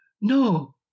No